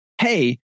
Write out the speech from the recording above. hey